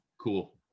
cool